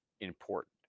important